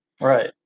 right